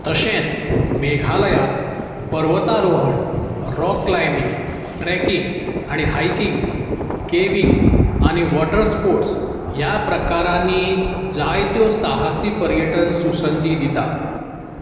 तशेंच मेघालयांत पर्वतारोहण रॉक क्लायमींग ट्रॅकींग आनी हायकींग केव्हींग आनी वॉटर स्पोट्स ह्या प्रकारांनी जायत्यो साहसी पर्यटन सुसंदी दिता